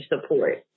support